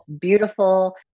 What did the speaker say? beautiful